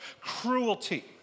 cruelty